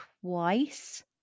twice